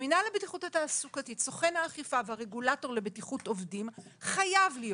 במינהל הבטיחות התעסוקתית סוכן האכיפה והרגולטור חייב להיות